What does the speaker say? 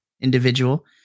individual